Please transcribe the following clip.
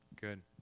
good